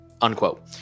unquote